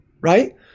right